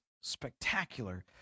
spectacular